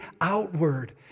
outward